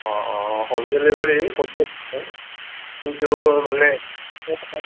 অ' অ' অ' home delivery কিন্তু মানে